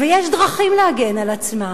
ויש דרכים להגן על עצמה.